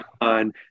on